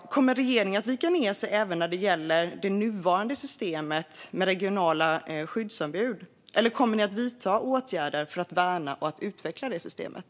Kommer regeringen att vika ned sig även när det gäller det nuvarande systemet med regionala skyddsombud? Eller kommer ni att vidta åtgärder för att värna och utveckla systemet?